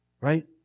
Right